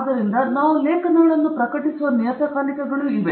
ಆದ್ದರಿಂದ ನಾವು ಲೇಖನಗಳನ್ನು ಪ್ರಕಟಿಸುವ ನಿಯತಕಾಲಿಕಗಳು ಇವೆ